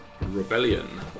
rebellion